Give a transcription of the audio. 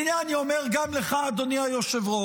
והינה אני אומר גם לך, אדוני היושב-ראש,